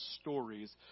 stories